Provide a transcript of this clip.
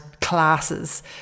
classes